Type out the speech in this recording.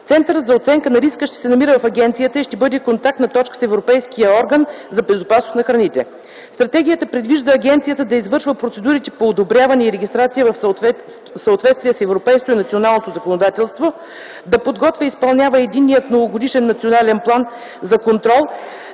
Центърът за оценка на риска ще се намира в агенцията и ще бъде контактната точка с Европейския орган за безопасност на храните. Стратегията предвижда агенцията да извършва процедурите по одобряване и регистрация в съответствие с европейското и националното законодателство, да подготвя и изпълнява Единния многогодишен национален план за контрол